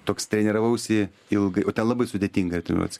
toks treniravausi ilgai o ten labai sudėtinga yra treniruotis